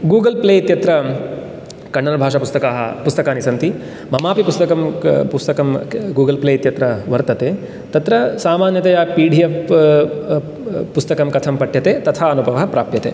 Google Play इत्यत्र कन्नडभाषापुस्तकानि पुस्तकानि सन्ति ममापि पुस्तकं पुस्तकं गूगल् प्ले इत्यत्र वर्तते तत्र सामान्यतया पी डी एफ़् पुस्तकं कथं पठ्यते तथा अनुभवः प्राप्यते